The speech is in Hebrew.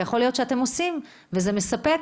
ויכול להיות שאתם עושים וזה מספק.